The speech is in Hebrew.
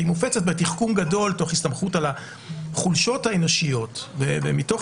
והיא מופצת בתחכום גדול תוך הסתמכות על החולשות האנושיות ומתוך